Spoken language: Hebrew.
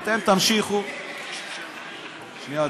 אתם תמשיכו, שנייה.